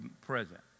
present